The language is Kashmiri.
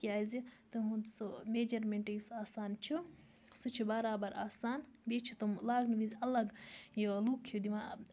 تِکیازِ تِہُند سُہ میجرمینٹ آسان چھُ سُہ چھُ برابر آسان بیٚیہِ چھِ تِم لاگنہٕ وِزِ اَلگ یہِ لُک ہیوٗ دِوان